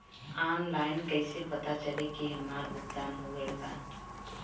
Online कईसे पता चली की हमार भुगतान हो गईल बा?